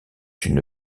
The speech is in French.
une